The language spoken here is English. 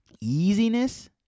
easiness